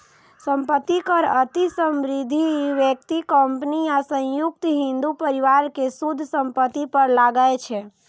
संपत्ति कर अति समृद्ध व्यक्ति, कंपनी आ संयुक्त हिंदू परिवार के शुद्ध संपत्ति पर लागै छै